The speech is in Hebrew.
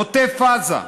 עוטף עזה,